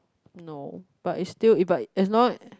no but is still but as long